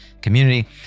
community